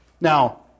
Now